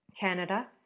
Canada